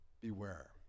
Beware